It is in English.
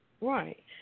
Right